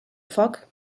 foc